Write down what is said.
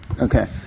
Okay